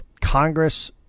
Congress